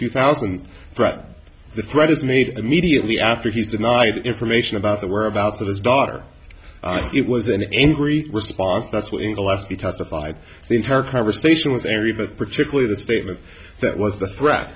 two thousand threat the threat is made immediately after he's denied information about the whereabouts of his daughter it was an angry response that's why in the last few testified the entire conversation with every bit particularly the statement that was the threat